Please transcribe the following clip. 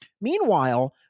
Meanwhile